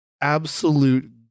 absolute